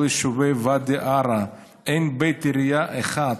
יישובי ואדי עארה אין בית עירייה אחד